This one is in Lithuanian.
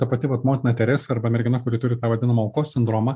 ta pati vat motina teresa arba mergina kuri turi tą vadinamą aukos sindromą